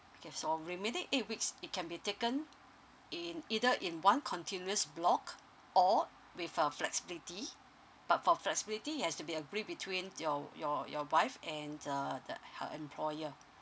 okay for remaining eight weeks it can be taken in either in one continuous block or with a flexibility but for flexibility it has to be a between your your your wife and uh the her employer